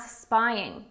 spying